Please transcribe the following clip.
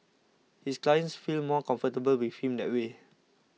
his clients feel more comfortable with him that way